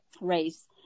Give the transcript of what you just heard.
race